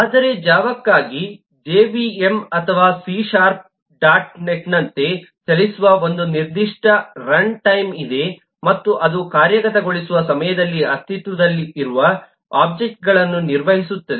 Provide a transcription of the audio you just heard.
ಆದರೆ ಜಾವಾಕ್ಕಾಗಿ ಜೆವಿಎಂ ಅಥವಾ ಸಿ ಶಾರ್ಪ್ಗಾಗಿ ಡಾಟ್ ನೆಟ್ನಂತೆ ಚಲಿಸುವ ಒಂದು ನಿರ್ದಿಷ್ಟ ರನ್ಟೈಮ್ ಇದೆ ಮತ್ತು ಅದು ಕಾರ್ಯಗತಗೊಳಿಸುವ ಸಮಯದಲ್ಲಿ ಅಸ್ತಿತ್ವದಲ್ಲಿರುವ ಒಬ್ಜೆಕ್ಟ್ಗಳನ್ನು ನಿರ್ವಹಿಸುತ್ತದೆ